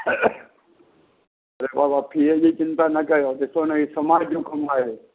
rev वा फीअ जी चिंता न कयो ॾिसो न ई समाज जो कमु आहे